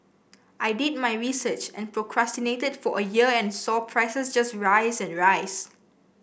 I did my research and procrastinated for a year and saw prices just rise and rise